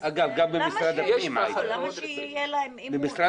אז למה שיהיה להם אמון?